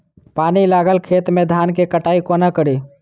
पानि लागल खेत मे धान केँ कटाई कोना कड़ी?